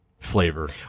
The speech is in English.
Flavor